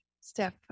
Steph